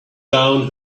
down